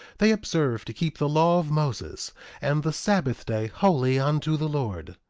they observed to keep the law of moses and the sabbath day holy unto the lord.